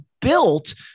built